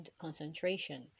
concentration